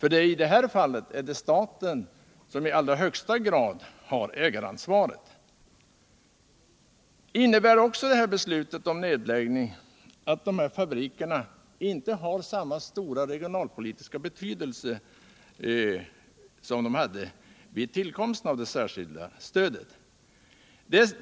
I det här fallet är det staten som i allra högsta grad har ägaransvaret. Innebär det här beslutet om nedläggning också att fabrikerna inte har samma stora regionalpolitiska betydelse som de hade vid tillkomsten av det särskilda stödet?